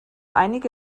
einige